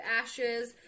ashes